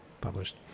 published